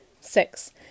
Six